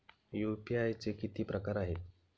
UPI चे किती प्रकार आहेत?